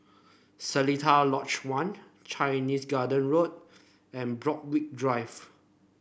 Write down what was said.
Seletar Lodge One Chinese Garden Road and Borthwick Drive